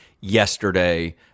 yesterday